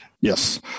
Yes